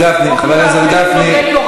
ביום שבו פוגעים באברכים לומדי תורה,